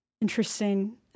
interesting